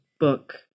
book